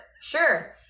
sure